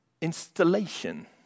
installation